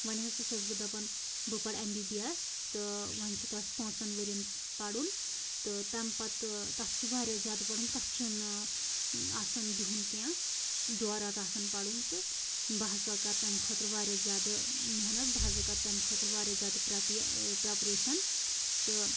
وَنۍ ہسا چھَس بہٕ دَپان بہٕ پرٕ ایم بی بی ایَس تہٕ وَنۍ چھُ تَتھ پانٛژَن ؤریَس پَرُن تہٕ تَمہِ پَتہٕ تَتھ چھُ واریاہ زیادٕ گۄڈٕ تَتھ چھُ نہٕ آسان بِہُنن کیٚنہہ سُہ دورت آسان پَرُن تہٕ بہٕ سا کرٕ تَمہِ خٲطرٕ واریاہ زیادٕ محنت بہٕ سا کرٕ تَمہِ خٲطرٕ واریاہ زیادٕ پریرپریشَن تہٕ